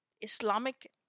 Islamic